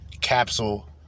Capsule